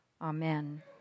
Amen